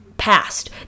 past